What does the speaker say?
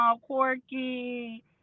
quirky